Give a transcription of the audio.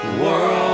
world